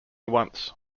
once